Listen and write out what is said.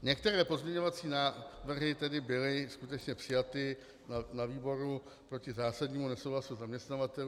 Některé pozměňovací návrhy tedy byly skutečně přijaty na výboru proti zásadnímu nesouhlasu zaměstnavatelů.